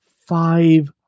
five